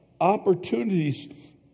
opportunities